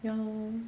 ya lor